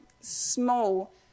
small